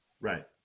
Right